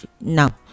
Now